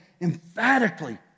emphatically